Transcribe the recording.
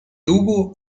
hubo